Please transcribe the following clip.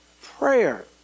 prayer